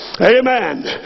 Amen